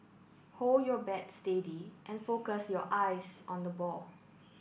hold your bat steady and focus your eyes on the ball